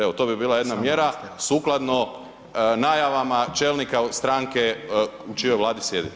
Evo to bi bila jedna mjera sukladno najavama čelnika stranke u čijoj Vladi sjedite.